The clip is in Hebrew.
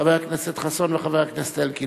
חבר הכנסת חסון וחבר הכנסת אלקין.